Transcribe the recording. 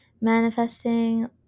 manifesting